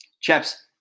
Chaps